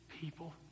people